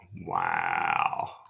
Wow